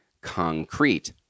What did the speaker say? concrete